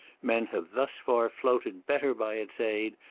men have thus far floated better by its aid,